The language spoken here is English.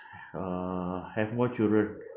have more children